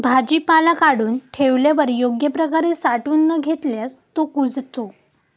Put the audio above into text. भाजीपाला काढून ठेवल्यावर योग्य प्रकारे साठवून न घेतल्यास तो कुजतो